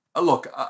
Look